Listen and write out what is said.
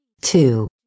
Two